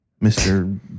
Mr